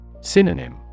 Synonym